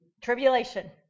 Tribulation